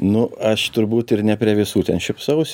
nu aš turbūt ir ne prie visų ten šypsausi